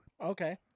Okay